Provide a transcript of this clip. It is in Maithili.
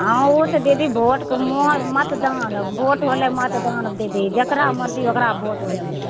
हाँ ओ तऽ दीदी वोटके मोहर मतदान वोट होलय मतदान दीदी जकरा मर्जी ओकरा वोट देबय